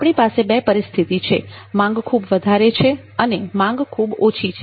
આપણી પાસે બે પરિસ્થિતિ છે માંગ ખૂબ વધારે છે અને માંગ ખુબ ઓછી છે